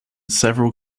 several